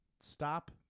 stop